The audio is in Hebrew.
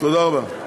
תודה רבה.